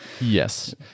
yes